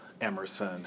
Emerson